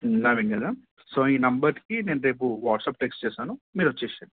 నవీన్ కదా సో ఈ నెంబర్కి నేను రేపు వాట్సప్ టెక్స్ట్ చేస్తాను మీరు వచ్చేయండి